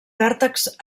vèrtexs